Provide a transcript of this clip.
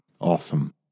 Awesome